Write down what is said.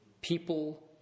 people